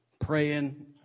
praying